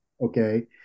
okay